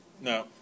No